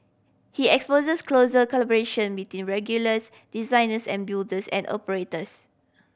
he espouses closer collaboration between regulators designers and builders and operators